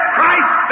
Christ